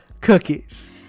cookies